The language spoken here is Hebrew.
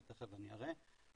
שתיכף אני אראה,